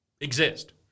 exist